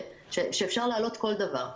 שאפשר להעלות כל דבר,